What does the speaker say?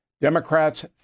Democrats